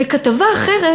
בכתבה אחרת,